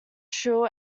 shrill